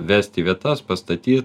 vesti į vietas pastatyt